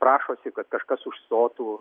prašosi kad kažkas užstotų